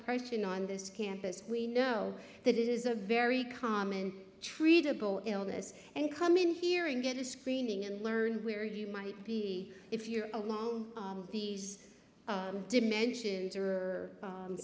ion on this campus we know that it is a very common treatable illness and come in here and get a screening and learn where you might be if you're alone these dimensions